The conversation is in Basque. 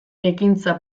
ekintza